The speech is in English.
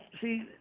see